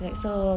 oh